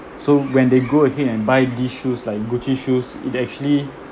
so when they go ahead and buy these shoes like gucci shoes it actually